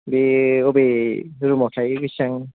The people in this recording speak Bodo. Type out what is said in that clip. बे अबे रुमाव थायो बेसेबां